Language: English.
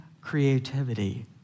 creativity